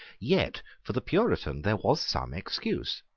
yet for the puritan there was some excuse.